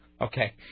Okay